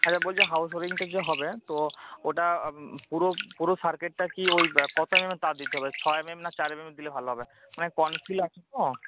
আচ্ছা বলছি হাউস ওয়্যারিংটা যে হবে তো ওটা পুরো পুরো সার্কিটটা কি ওই ব্যা কত এমএম এর তার দিতে হবে ছয় এমএম না চার এমএম দিলে ভালো হবে মানে কন্সিল আছে তো